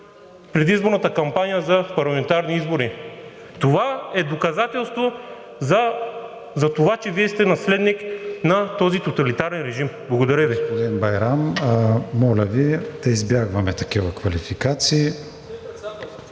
предизборната кампания за парламентарни избори. Това е доказателство, че Вие сте наследник на този тоталитарен режим. Благодаря Ви.